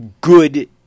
good